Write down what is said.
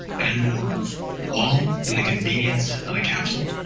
and more all in the convenience on a capsule.